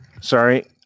Sorry